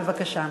בבקשה.